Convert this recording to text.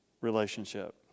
relationship